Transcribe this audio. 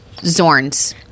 Zorn's